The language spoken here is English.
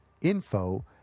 info